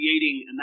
creating